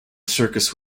circus